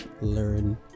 learn